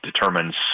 determines